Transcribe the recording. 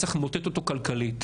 צריך למוטט אותו כלכלית,